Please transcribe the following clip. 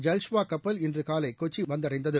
ஜல்ஷ்வா கப்பல் இன்று காலை கொச்சி வந்தடைந்தது